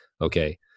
Okay